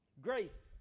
Grace